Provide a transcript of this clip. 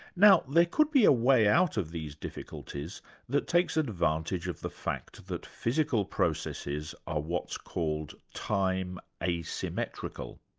now there could be a way out of these difficulties that takes advantage of the fact that physical processes are what's called time asymmetrical.